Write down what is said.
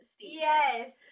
Yes